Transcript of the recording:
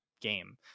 game